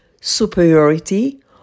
superiority